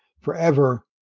forever